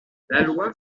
loi